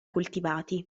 coltivati